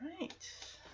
right